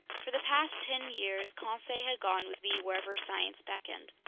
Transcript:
for the past ten years, conseil had gone with me wherever science beckoned.